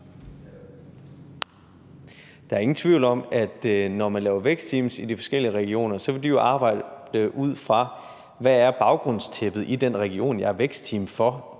Der er ingen tvivl om, at når man laver vækstteams i de forskellige regioner, vil de jo arbejde ud fra spørgsmålet: Hvad er baggrundstæppet i den region, jeg er vækstteam for?